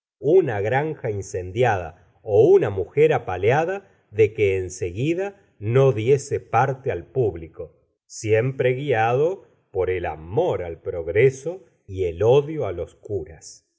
una granja incendiada ó una mujer apaleada de que en seguida no diese parte al público iempre guiado por el amor al progreso y el odio á los curas